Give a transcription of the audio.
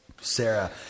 Sarah